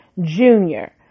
junior